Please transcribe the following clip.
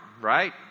Right